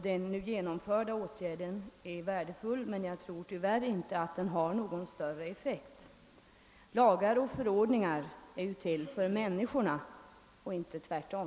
Den nu genomförda åtgärden är värdefull, men jag tror tyvärr inte att den får önskad effekt. Lagar och förordningar är ju till för människorna och inte tvärtom.